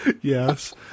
Yes